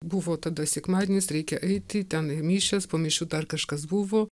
buvo tada sekmadienis reikia eiti ten į mišias po mišių dar kažkas buvo